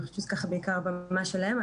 אני חושבת שזה בעיקר ברמה שלהם.